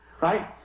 Right